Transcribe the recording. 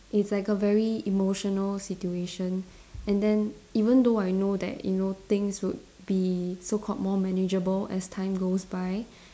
it's like a very emotional situation and then even though I know that you know things would be so called more manageable as time goes by